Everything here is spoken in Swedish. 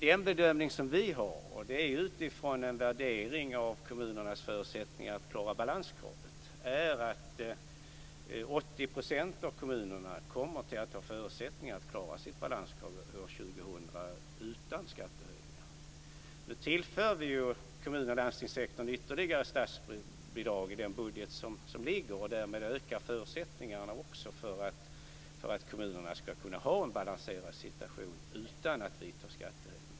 Den bedömning som vi gör, utifrån en utvärdering av kommunernas förutsättningar att klara balanskravet är att 80 % kommer att klara sina balanskrav år 2000 utan skattehöjningar. Nu tillför vi kommun och landstingssektorn ytterligare statsbidrag i den budget som ligger, och därmed ökar också förutsättningarna för att kommunerna skall kunna ha en balanserad situation utan att behöva vidta skattehöjningar.